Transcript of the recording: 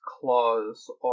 claws